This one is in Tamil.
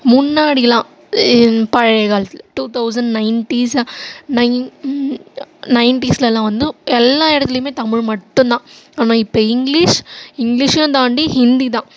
முன்னாடியெல்லாம் இன் பழைய காலத்துல டூ தௌசண்ட் நையன்டீஸ் நையன் நையன்டீஸெல்லாம் வந்து எல்லா இடத்துலையுமே தமிழ் மட்டும்தான் ஆனால் இப்போ இங்கிலீஷ் இங்கிலீஷையும் தாண்டி ஹிந்தி தான்